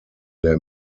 der